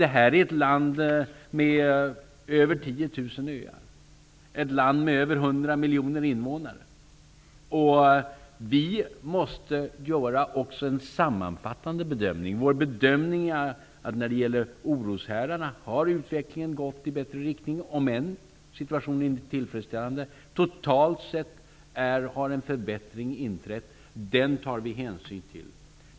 Det här är ett land med över 10 000 öar och med över 100 miljoner invånare. Vi måste göra en sammanfattande bedömning, och vår bedömning är att utvecklingen för dessa oroshärdar har gått i rätt riktning, om än situationen inte är tillfredsställande. Totalt sett har en förbättring inträtt, och den tar vi hänsyn till.